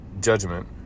judgment